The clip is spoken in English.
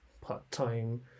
part-time